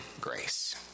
grace